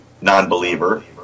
non-believer